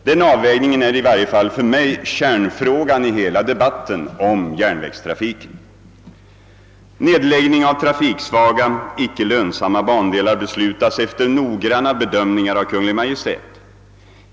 Den avvägningen är 1i varje fall för mig kärnfrågan i hela debatten om järnvägstrafiken. Nedläggning av trafiksvaga icke lönsamma bandelar beslutas efter noggranna bedömningar av Kungl. Maj:t.